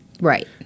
Right